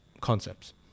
concepts